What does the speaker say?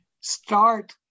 start